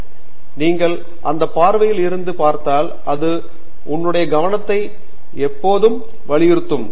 எனவே நீங்கள் அந்த பார்வையில் இருந்து பார்த்தால் அது உன்னுடைய கவனத்தை போதும் என்று வலியுறுத்துகிறோம்